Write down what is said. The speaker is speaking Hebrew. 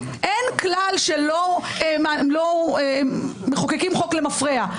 אין כלל שלא מחוקקים חוק למפרע.